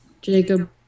Jacob